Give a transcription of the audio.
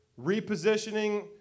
repositioning